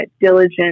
diligent